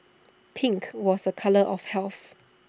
pink was A colour of health